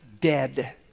dead